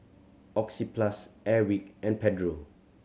Oxyplus Airwick and Pedro